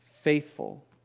faithful